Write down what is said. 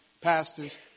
pastors